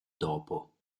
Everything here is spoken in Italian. dopo